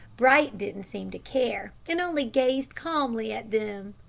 bright didn't seem to care, and only gazed calmly at them.